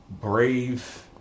brave